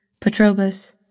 Petrobus